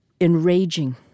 enraging